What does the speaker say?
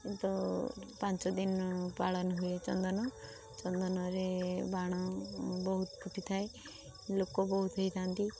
କିନ୍ତୁ ପାଞ୍ଚଦିନ ପାଳନ ହୁଏ ଚନ୍ଦନ ଚନ୍ଦନରେ ବାଣ ବହୁତ ଫୁଟିଥାଏ ଲୋକ ବହୁତ ହେଇଥାନ୍ତି